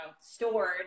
stored